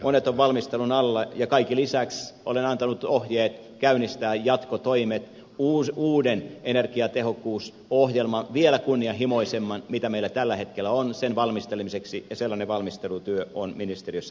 monet ovat valmistelun alla ja kaiken lisäksi olen antanut ohjeet käynnistää jatkotoimet uuden energiatehokkuusohjelman vielä kunnianhimoisemman kuin meillä tällä hetkellä on valmistelemiseksi ja sellainen valmistelutyö on ministeriössä meneillään